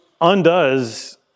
undoes